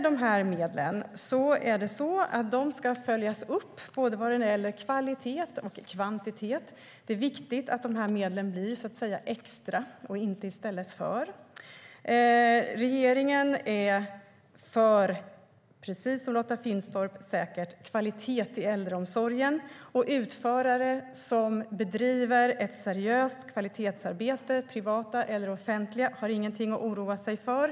Dessa medel ska följas upp när det gäller både kvalitet och kvantitet. Det är viktigt att medlen blir så att säga extra och inte i stället för. Regeringen är, precis som Lotta Finstorp säkert är, för kvalitet inom äldreomsorgen. Privata eller offentliga utförare som bedriver ett seriöst kvalitetsarbete har ingenting att oroa sig för.